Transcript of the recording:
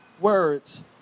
words